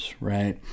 right